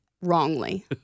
wrongly